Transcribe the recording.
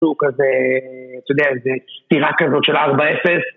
כזה, אתה יודע, זה סטירה כזאת של 4-0